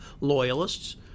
loyalists